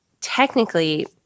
technically